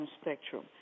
spectrum